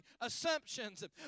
assumptions